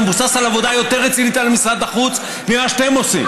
זה מבוסס על עבודה יותר רצינית על משרד החוץ ממה שאתם עושים.